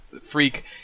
Freak